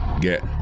get